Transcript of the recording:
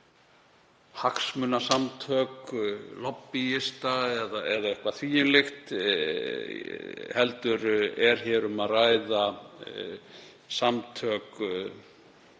hagsmunasamtök, lobbíista eða eitthvað því um líkt, heldur er hér um að ræða samtök